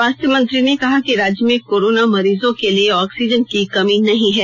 स्वास्थ्य मंत्री ने कहा कि राज्य में कोरोना मरीजों के लिए ऑक्सीजन की कमी नहीं है